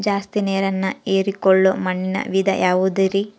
ಜಾಸ್ತಿ ನೇರನ್ನ ಹೇರಿಕೊಳ್ಳೊ ಮಣ್ಣಿನ ವಿಧ ಯಾವುದುರಿ?